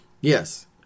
Yes